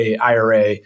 IRA